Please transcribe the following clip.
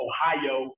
Ohio